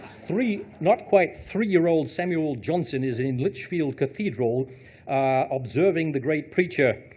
three, not quite three-year-old samuel johnson is in lichfield cathedral observing the great preacher,